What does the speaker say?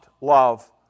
love